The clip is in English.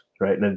right